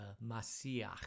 Messiah